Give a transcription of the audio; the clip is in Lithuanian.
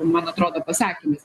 man atrodo pasakymas